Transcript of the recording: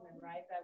right